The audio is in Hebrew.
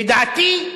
לדעתי,